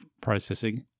processing